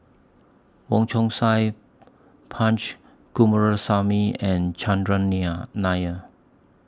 Wong Chong Sai Punch Coomaraswamy and Chandran Nair Nair